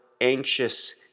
anxious